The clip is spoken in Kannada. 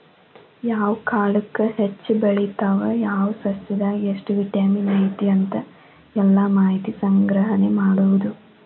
ಯಾವ ಕಾಲಕ್ಕ ಹೆಚ್ಚ ಬೆಳಿತಾವ ಯಾವ ಸಸ್ಯದಾಗ ಎಷ್ಟ ವಿಟಮಿನ್ ಐತಿ ಅಂತ ಎಲ್ಲಾ ಮಾಹಿತಿ ಸಂಗ್ರಹಣೆ ಮಾಡುದು